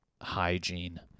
hygiene